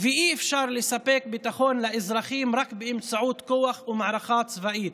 ואי-אפשר לספק ביטחון לאזרחים רק באמצעות כוח ומערכה צבאית.